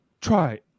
try